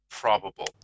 Probable